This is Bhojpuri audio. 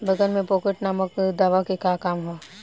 बैंगन में पॉकेट नामक दवा के का काम ह?